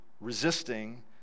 resisting